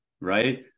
right